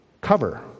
cover